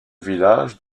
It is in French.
village